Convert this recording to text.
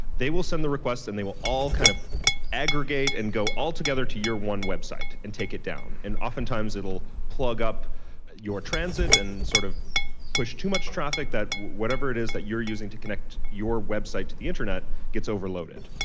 they will send the request and they will all kind of aggregate and go altogether to your one website and take it down and oftentimes it'll plug up your transit and sort of push too much traffic that whatever it is that you're using to connect your website to the internet gets overloaded.